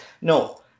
no